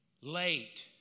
late